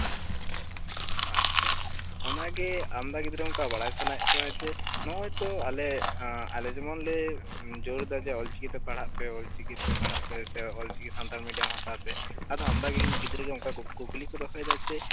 ᱟᱪᱪᱷᱟ ᱚᱱᱟᱜᱮ ᱟᱢᱫᱟ ᱜᱤᱫᱽᱨᱟᱹ ᱵᱟᱲᱟᱭ ᱥᱟᱱᱟᱭᱮᱜ ᱠᱚᱣᱟ ᱡᱮ ᱱᱚᱜᱼᱚᱭ ᱛᱚ ᱟᱞᱮ ᱡᱮᱢᱚᱱᱞᱮ ᱡᱳᱨ ᱫᱟ ᱡᱮ ᱚᱞᱪᱤᱠᱤᱛᱮ ᱯᱟᱲᱦᱟᱜ ᱯᱮ ᱥᱮ ᱚᱞᱪᱤᱠᱤᱛᱮ ᱯᱟᱲᱦᱟᱜ ᱯᱮᱥᱮ ᱚᱞᱪᱤᱠᱤ ᱥᱟᱱᱛᱟᱲᱤ ᱢᱤᱰᱤᱭᱟᱢ ᱦᱟᱛᱟᱣᱯᱮ ᱟᱫᱚ ᱟᱢᱫᱟ ᱜᱤᱫᱽᱨᱟᱹ ᱜᱮ ᱠᱩᱠᱞᱤ ᱠᱚ ᱫᱚᱦᱚᱭᱫᱟ ᱡᱮ